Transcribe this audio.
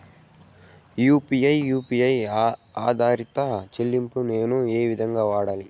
UPI U P I ఆధారిత చెల్లింపులు నేను ఏ విధంగా వాడాలి?